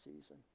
season